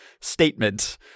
statement